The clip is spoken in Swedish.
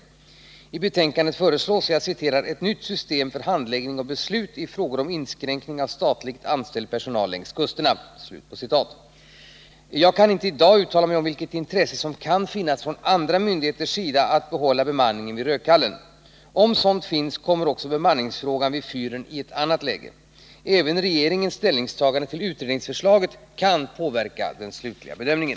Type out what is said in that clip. I betänkandet föreslås ”ett nytt system för handläggning och beslut i frågor om inskränkning av statligt anställd personal längs kusterna”. Jag kan inte i dag uttala mig om vilket intresse som kan finnas från andra myndigheters sida att behålla bemanningen vid Rödkallen. Om sådant finns kommer också frågan om bemanning vid Rödkallen i ett annat läge. Även regeringens ställningstagande till utredningsförslaget kan påverka den slutliga bedömningen.